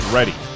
Ready